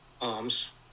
arms